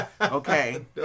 okay